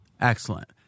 Excellent